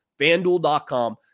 FanDuel.com